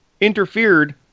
interfered